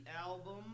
album